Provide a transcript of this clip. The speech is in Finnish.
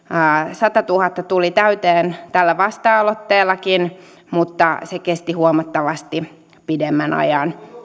satatuhatta tuli täyteen tällä vasta aloitteellakin mutta se kesti huomattavasti pidemmän ajan